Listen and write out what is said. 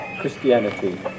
Christianity